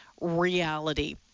Reality